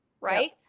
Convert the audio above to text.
right